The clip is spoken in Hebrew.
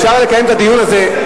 אפשר לקיים את הדיון הזה.